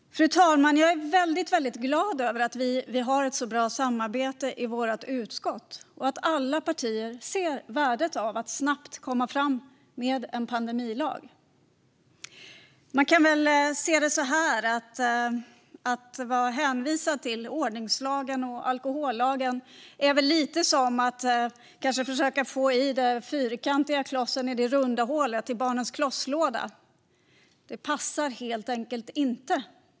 Fru talman! Jag är väldigt glad över att vi har ett så bra samarbete i vårt utskott och att alla partier ser värdet av att snabbt komma fram med en pandemilag. Man kan väl se det så här: Att vara hänvisad till ordningslagen och alkohollagen är lite som att försöka få in den fyrkantiga klossen i det runda hålet i barnens klosslåda. Det går helt enkelt inte.